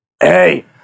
hey